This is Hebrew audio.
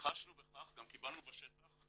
וחשנו בכך, גם קיבלנו מהשטח,